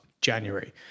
January